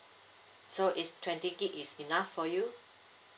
so is twenty gig is enough for you